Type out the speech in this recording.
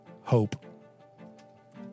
Hope